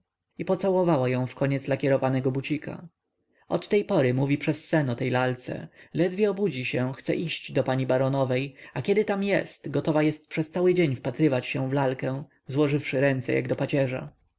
pocałowała ją w koniec lakierowanego bucika od tej pory mówi przez sen o tej lalce ledwie obudzi się chce iść do pani baronowej a kiedy tam jest gotowa przez cały czas wpatrywać się w lalkę złożywszy ręce jak do